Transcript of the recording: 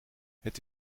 het